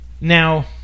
now